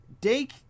Dake